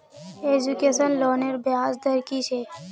Education लोनेर ब्याज दर कि छे?